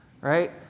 right